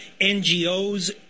NGOs